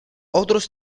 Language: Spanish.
otros